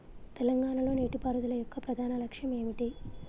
తెలంగాణ లో నీటిపారుదల యొక్క ప్రధాన లక్ష్యం ఏమిటి?